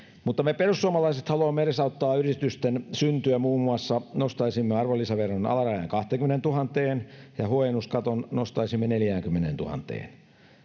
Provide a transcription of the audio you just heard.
mutta me perussuomalaiset haluamme edesauttaa yritysten syntyä muun muassa nostaisimme arvonlisäveron alarajan kahteenkymmeneentuhanteen ja huojennuskaton nostaisimme neljäänkymmeneentuhanteen